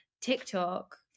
TikTok